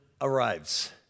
arrives